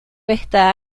esta